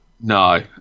No